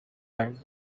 time